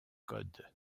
code